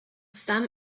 some